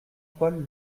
paul